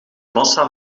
massa